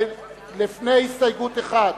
לפני סעיף 1,